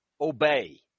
obey